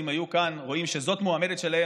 אם היו כאן ורואים שזאת מועמדת שלהם,